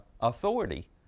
authority